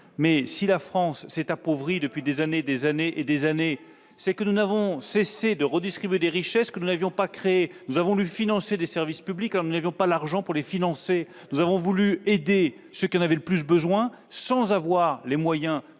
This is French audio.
mais si la France s'est appauvrie depuis des années et des années, c'est parce qu'elle n'a cessé de redistribuer des richesses qu'elle n'avait pas créées. Nous avons voulu financer des services publics alors que nous n'avions pas l'argent pour cela. Bien sûr ! Nous avons voulu aider ceux qui en avaient le plus besoin sans en avoir les moyens.